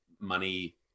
money